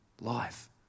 life